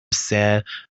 said